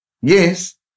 Yes